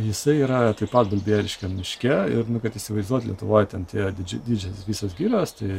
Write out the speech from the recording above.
jisai yra taip pat balbieriškio miške ir nu kad įsivaizduot lietuvoje būtent jo didžiai didžiais visos girios tai